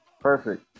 perfect